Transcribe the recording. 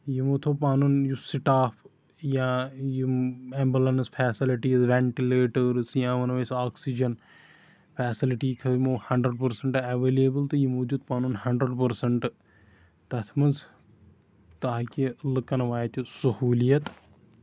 یِمو تھوٚو پَنُن یہِ سِٹاف یا یِم ایٚمبلنٕس فیسَلٹیٖز ویٚنٹِلیٹٲرٕس یا وَنو أسۍ آکسِیٖجن فیسَلٹی تھٲو یِمو ہَنڑرنڑ پٔرسَنٹ ایٚولیبٕل تہٕ یِمو دیُت پَنُن ہَنڑرنڑ پٔرسَنٹ تَتھ منٛز تاکہِ لُکن واتہِ سہوٗلیت